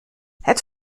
het